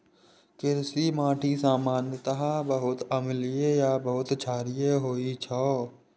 कृषि माटि सामान्यतः बहुत अम्लीय आ बहुत क्षारीय होइ छै